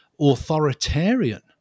authoritarian